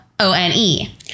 O-N-E